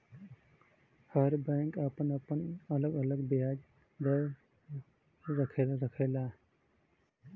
हर bank आपन आपन अलग अलग बियाज दर रखला